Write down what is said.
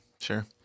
Sure